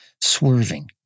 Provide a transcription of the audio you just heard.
swerving